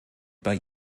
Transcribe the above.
bei